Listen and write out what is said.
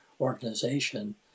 organization